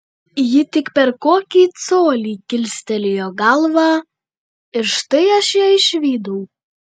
ji tik per kokį colį kilstelėjo galvą ir štai aš ją išvydau